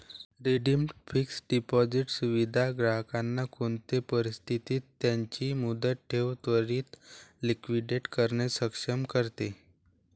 redeemed fixed deposit सुविधा ग्राहकांना कोणते परिस्थितीत त्यांची मुदत ठेव त्वरीत लिक्विडेट करणे सक्षम करते